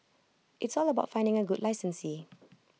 it's all about finding A good licensee